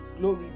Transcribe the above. Glory